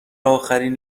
آخرین